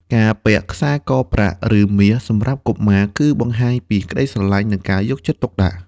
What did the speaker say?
ការពាក់ខ្សែកប្រាក់ ឬមាសសម្រាប់កុមារ គឺបង្ហាញពីក្ដីស្រឡាញ់ ការយកចិត្តទុកដាក់។